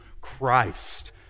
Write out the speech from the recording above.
Christ